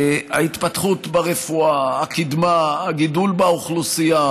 ההתפתחות ברפואה, הקדמה, הגידול באוכלוסייה